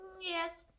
Yes